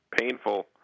painful